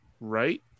right